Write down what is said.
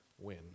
win